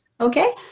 okay